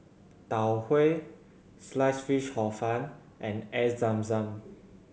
Tau Huay Sliced Fish Hor Fun and Air Zam Zam